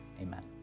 Amen